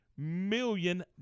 million